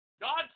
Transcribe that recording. God